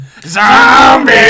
Zombie